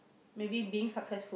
maybe being successful